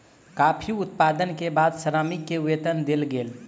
coffee उत्पादन के बाद श्रमिक के वेतन देल गेल